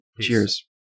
Cheers